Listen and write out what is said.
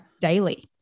daily